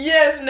Yes